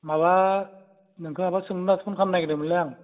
माबा नोंखो माबा सोंनो होननासो फन खालामनो नागिरदोंमोनलै आं